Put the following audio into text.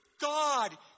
God